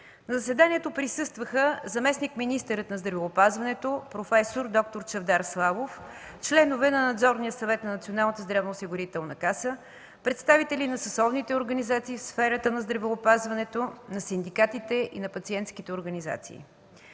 На заседанието присъстваха заместник-министърът на здравеопазването проф. д-р Чавдар Славов, членове на Надзорния съвет на Националната здравноосигурителна каса, представители на съсловните организации в сферата на здравеопазването, на синдикатите и на пациентските организации.